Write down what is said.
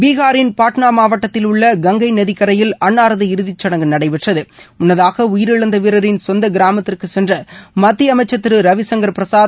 பீகாரின் பாட்னா மாவட்டத்தில் உள்ள கங்கை நதிக்கரையில் அன்னாரது இறதிச் சடங்கு நடைபெற்றது முன்னதாக உயரிழந்த வீரரின் சொந்த கிராமத்திற்கு சென்ற மத்திய அமைச்சர் திரு ரவிசங்கர் பிரசாத்